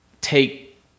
take